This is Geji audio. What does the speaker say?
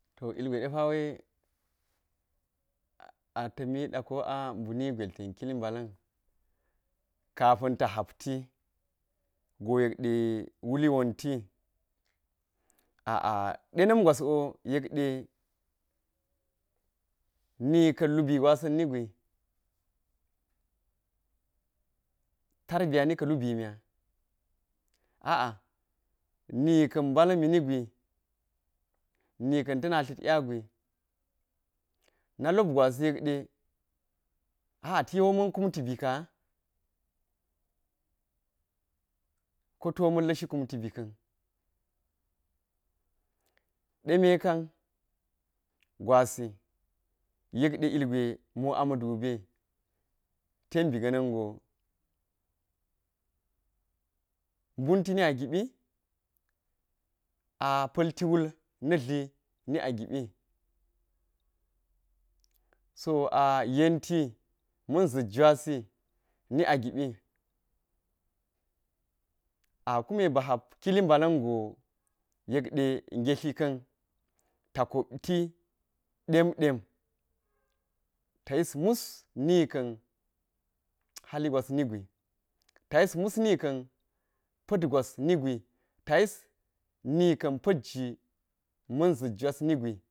To ilgwai ɗepa̱wai ata̱miɗa ko a buni gwail ten kili ba̱la̱n ka̱pa̱n ta ha̱ptigo yekɗe kluli wonti, a'a ɗena̱m gwas o yekɗe nika̱n lubi gwa̱sa̱n nigwi, tarbiya nika̱ lubimiya a a nika̱n ba̱la̱nmi nigwu, nika̱n ta̱na̱ dlat nya guri, na̱ lob gwa̱si yekde a'a tiwo ma̱n kumti bika'a koto ma̱n la̱shi kumti bika̱n, deme ka̱n gwa̱si, yekde ilgwai mo ama̱ ɗube tenbi ga̱na̱n go bunti ni a gibi a pa̱lti na̱ tli ni a gibi, so a yenti ma̱n za̱t jwa̱si ni a gibi, a kume ba̱ ha̱p kili ba̱la̱ngo yekɗe gettli ka̱n ta̱ kopti ɗemdem tayis mw nika̱n hali gwas nigwi, tayis mw nikan pa̱t gwa̱s nigwi, tayis nika̱n pa̱t ji ma̱n ji ma̱n zatjwa nigwi.